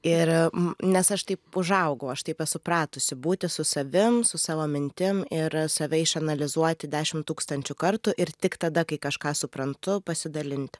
ir nes aš taip užaugau aš taip esu pratusi būti su savim su savo mintim ir save išanalizuoti dešim tūkstančių kartų ir tik tada kai kažką suprantu pasidalinti